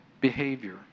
behavior